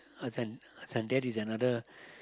this one this one there is another